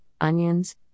onions